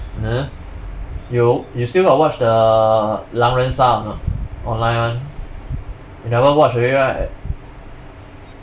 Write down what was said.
有 you still got watch the 狼人杀 or not online one you never watch already right